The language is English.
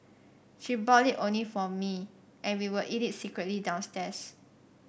she bought it only for me and we would eat it secretly downstairs